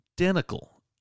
identical